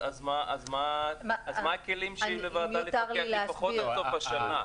מה הכלים שיהיו לוועדה לפקח --- עד סוף השנה.